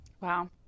Wow